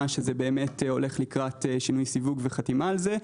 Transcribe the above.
שזה הולך לקראת שינוי סיווג וחתימה על זה.